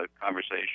conversation